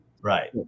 Right